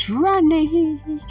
running